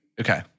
Okay